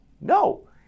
No